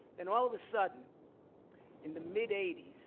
and all of a sudden in the mid eighty s,